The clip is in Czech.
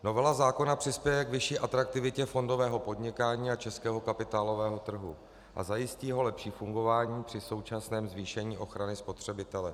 Novela zákona přispěje k vyšší atraktivitě fondového podnikání a českého kapitálového trhu a zajistí jeho lepší fungování při současném zvýšení ochrany spotřebitele.